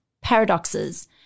paradoxes